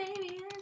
Baby